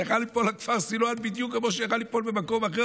יכלו ליפול על כפר סילוואן בדיוק כמו שיכלו ליפול במקום אחר,